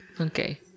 Okay